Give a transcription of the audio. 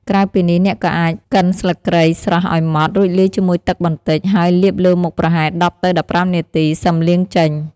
ក្រៅពីនេះ អ្នកក៏អាចកិនស្លឹកគ្រៃស្រស់ឲ្យម៉ដ្ឋ រួចលាយជាមួយទឹកបន្តិច ហើយលាបលើមុខប្រហែល ១០ ទៅ ១៥ នាទី សឹមលាងចេញ។